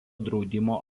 draudimo